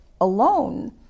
alone